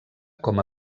com